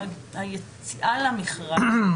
מעצם היציאה למכרז,